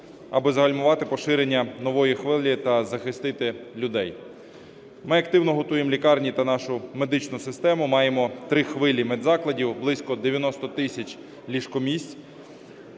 аби загальмувати поширення нової хвилі та захистити людей. Ми активно готуємо лікарні та нашу медичну систему, маємо 3 хвилі медзакладів, близько 90 тисяч ліжкомісць